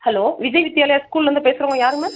hello Vijay Vidyalaya ஸ்கூல்லருந்து பேசுகிறோம் யாருங்க மேம்